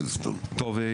בוקר טוב,